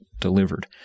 delivered